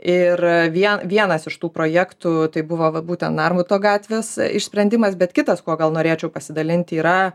ir vien vienas iš tų projektų tai buvo vat būtent narbuto gatvės išsprendimas bet kitas kuo gal norėčiau pasidalinti yra